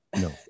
No